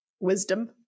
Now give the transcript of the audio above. wisdom